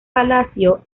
palacio